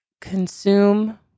consume